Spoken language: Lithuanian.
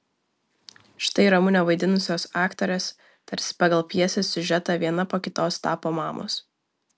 štai ramunę vaidinusios aktorės tarsi pagal pjesės siužetą viena po kitos tapo mamos